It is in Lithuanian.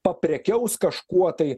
paprekiaus kažkuo tai